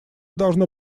должно